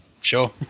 Sure